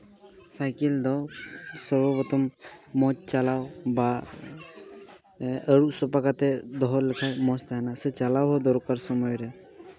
cycle ᱫᱚ ᱥᱚᱨᱵᱚ ᱯᱨᱚᱛᱷᱚᱢ ᱢᱚᱡᱽ ᱪᱟᱞᱟᱣ ᱵᱟ ᱟᱹᱨᱩᱵ ᱥᱟᱯᱷᱟ ᱠᱟᱛᱮᱫ ᱫᱚᱦᱚ ᱞᱮᱠᱷᱟᱱ ᱢᱚᱡᱽ ᱛᱟᱦᱮᱱᱟ ᱥᱮ ᱪᱟᱞᱟᱣ ᱫᱚᱨᱠᱟᱨ ᱥᱚᱢᱚᱭ ᱨᱮ